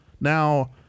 Now